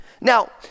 Now